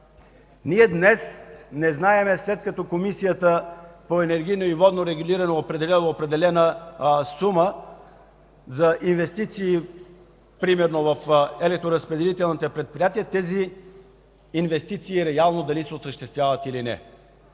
Ние днес не знаем, след като Комисията по енергийно и водно регулиране е определила определена сума за инвестиции, примерно в електроразпределителните предприятия, дали тези инвестиции се осъществяват реално